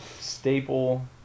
staple